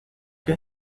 qué